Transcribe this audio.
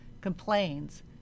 complains